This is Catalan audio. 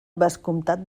vescomtat